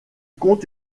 compte